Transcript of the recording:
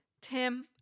tim